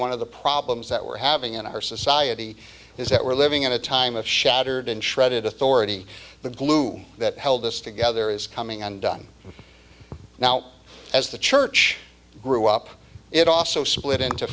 one of the problems that we're having in our society is that we're living in a time of shattered and shredded authority the glue that held us together is coming undone now as the church grew up it also split into